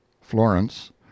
Florence